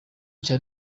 cya